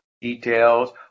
details